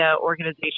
organization